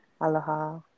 Aloha